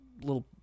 little